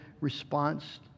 response